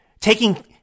taking